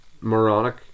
moronic